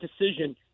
decision